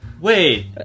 wait